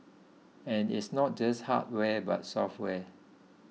and it's not just hardware but software